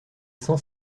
cent